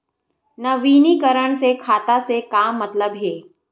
नवीनीकरण से खाता से का मतलब हे?